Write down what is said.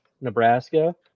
nebraska